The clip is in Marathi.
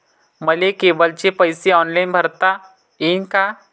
मले केबलचे पैसे ऑनलाईन भरता येईन का?